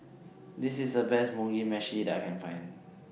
This IS The Best Mugi Meshi that I Can Find